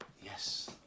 Yes